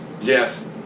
yes